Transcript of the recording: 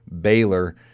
Baylor